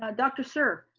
ah doctor suhr.